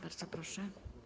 Bardzo proszę.